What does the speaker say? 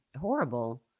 horrible